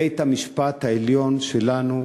בית-המשפט העליון שלנו,